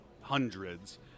hundreds